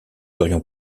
aurions